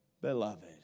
beloved